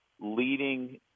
leading